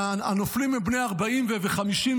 והנופלים הם בני 40 ו-50,